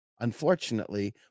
Unfortunately